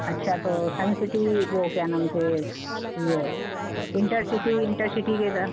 अच्छा तो sun city वो क्या नाम से ये इंटरसिटी इंटरसिटी की तरह